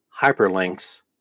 hyperlinks